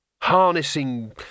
Harnessing